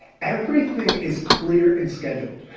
everything is clear and scheduled.